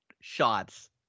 shots